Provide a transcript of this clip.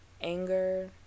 anger